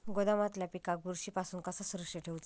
गोदामातल्या पिकाक बुरशी पासून कसा सुरक्षित ठेऊचा?